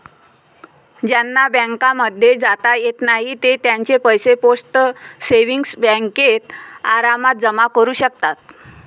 ज्यांना बँकांमध्ये जाता येत नाही ते त्यांचे पैसे पोस्ट सेविंग्स बँकेत आरामात जमा करू शकतात